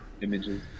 Images